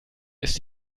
ist